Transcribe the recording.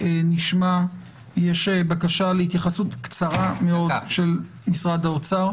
יש בקשה להתייחסות קצרה מאוד של משרד האוצר,